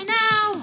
now